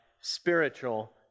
spiritual